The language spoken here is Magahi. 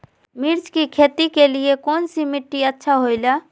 मिर्च की खेती के लिए कौन सी मिट्टी अच्छी होईला?